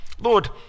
Lord